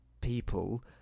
people